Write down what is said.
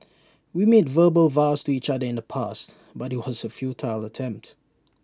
we made verbal vows to each other in the past but IT was A futile attempt